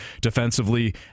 defensively